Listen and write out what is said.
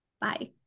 Bye